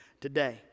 today